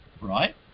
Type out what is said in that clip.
right